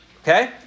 Okay